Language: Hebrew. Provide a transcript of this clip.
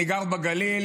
אני גר בגליל,